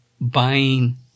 buying